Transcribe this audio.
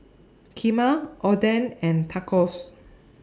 Kheema Oden and Tacos